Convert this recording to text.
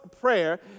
Prayer